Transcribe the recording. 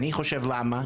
אני חושב למה?